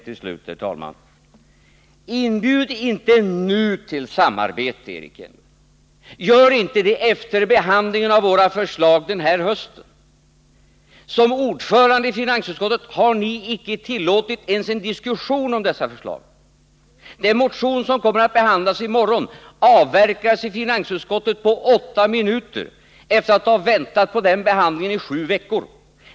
Till sist: Inbjud inte till samarbete, Eric Enlund, efter behandlingen av våra förslag den här hösten! Som ordförande i finansutskottet har ni icke tillåtit ens en diskussion om dessa förslag. Den motion som kommer att behandlas i kammaren i morgon avverkades i finansutskottet på åtta minuter, efter att ha väntat på den behandlingen i sju veckor.